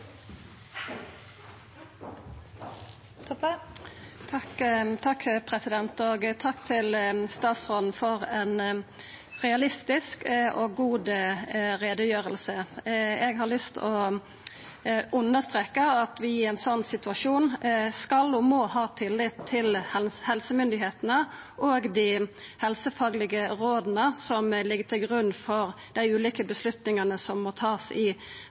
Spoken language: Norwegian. Takk til statsråden for ei realistisk og god utgreiing. Eg har lyst til å understreka at vi i ein slik situasjon skal og må ha tillit til helsemyndigheitene og dei helsefaglege råda som ligg til grunn for dei ulike avgjerdene som må takast i